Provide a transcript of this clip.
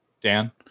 Dan